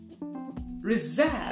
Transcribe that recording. reserve